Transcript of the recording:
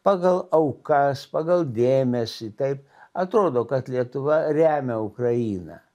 pagal aukas pagal dėmesį taip atrodo kad lietuva remia ukrainą